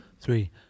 three